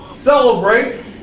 Celebrate